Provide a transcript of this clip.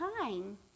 time